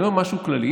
אני אומר משהו כללי.